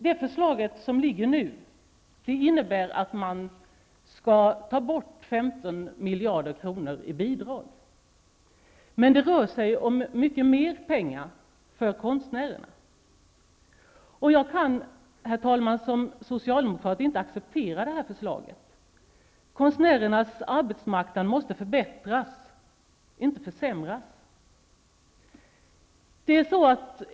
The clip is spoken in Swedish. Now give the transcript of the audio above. Det förslag som nu föreligger innebär att 15 miljoner i bidrag skall tas bort. Men det rör sig om mycket mer pengar för konstnärerna och jag kan, herr talman, som socialdemokrat inte acceptera det här förslaget. Konstnärernas arbetsmarknad måste förbättras, inte försämras.